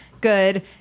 good